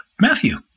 Matthew